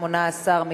18,